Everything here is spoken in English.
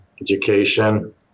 education